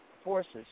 forces